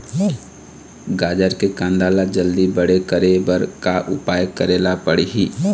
गाजर के कांदा ला जल्दी बड़े करे बर का उपाय करेला पढ़िही?